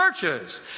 churches